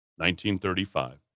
1935